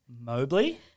Mobley